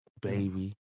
baby